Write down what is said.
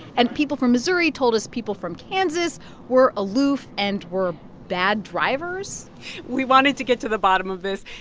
and people from missouri told us people from kansas were aloof and were bad drivers we wanted to get to the bottom of this,